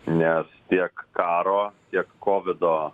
nes tiek karo tiek kovido